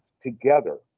together